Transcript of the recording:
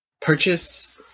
purchase